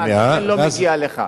לכן לא מגיע לך,